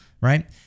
right